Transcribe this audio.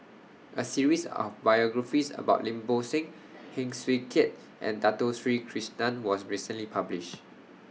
A series of biographies about Lim Bo Seng Heng Swee Keat and Dato Sri Krishna was recently published